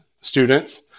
students